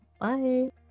Bye